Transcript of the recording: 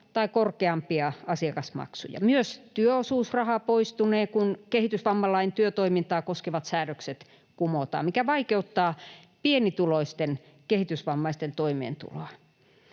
tai korkeampia asiakasmaksuja. Myös työosuusraha poistunee, kun kehitysvammalain työtoimintaa koskevat säädökset kumotaan, mikä vaikeuttaa pienituloisten kehitysvammaisten toimeentuloa.